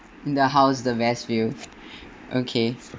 in the house the best view okay